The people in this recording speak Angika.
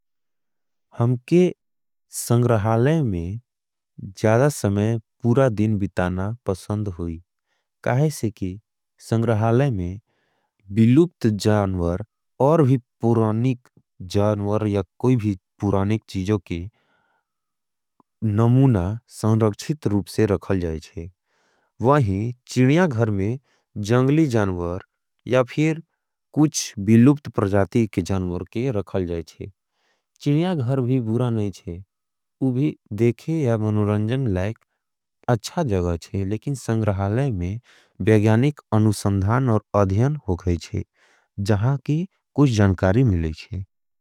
हमके संग्रहाले में ज़्यादा समय पूरा दिन बिताना पसंद होई। क्या है से कि संग्रहाले में बिलूप्त जानवर और भी पुरानिक जानवर या कोई भी पुरानिक चीजों के नमूना संरक्षित रूप से रखल जाएच्छे। वहीं चीजा घर में जंगली जानवर या फिर कुछ बिलूप्त प्रजाती के जानवर के रखल जाएच्छे। चीजा घर भी बुरा नहीं छे। उभी देखे या मनुरंजन लाइक अच्छा जगह छे। लेकिन संग्रहाले में ब्याज्यानिक अनुसंधान और अध्यान हो गई छे जहां की कुछ जनकारी मिले छे।